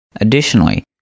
Additionally